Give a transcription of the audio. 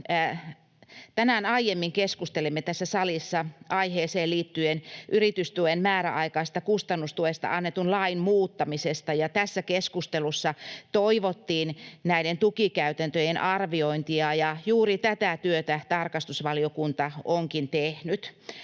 Tänään aiemmin keskustelimme tässä salissa aiheeseen liittyen yritysten määräaikaisesta kustannustuesta annetun lain muuttamisesta, ja tässä keskustelussa toivottiin näiden tukikäytäntöjen arviointia, ja juuri tätä työtä tarkastusvaliokunta onkin tehnyt.